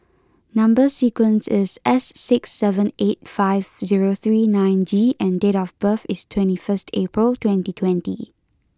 number sequence is S six seven eight five zero three nine G and date of birth is twenty first April twenty twenty